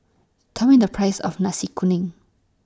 Tell Me The Price of Nasi Kuning